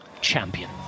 champion